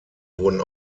wurden